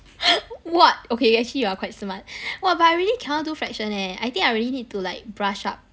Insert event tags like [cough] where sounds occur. [laughs] what okay actually you are quite smart !wah! but I really cannot do fraction eh I think I really need to like brush up